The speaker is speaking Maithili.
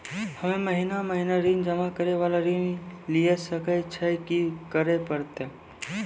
हम्मे महीना महीना ऋण जमा करे वाला ऋण लिये सकय छियै, की करे परतै?